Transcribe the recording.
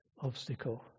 obstacle